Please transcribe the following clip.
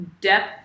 depth